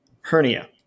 hernia